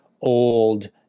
old